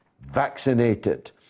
vaccinated